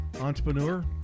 Entrepreneur